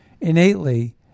innately